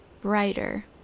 brighter